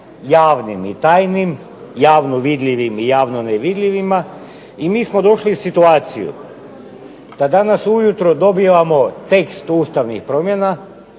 javnim i tajnim, javno vidljivim i javno nevidljivima i mi smo došli u situaciju da danas ujutro dobivamo tekst ustavnih promjena,